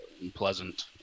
unpleasant